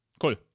Cool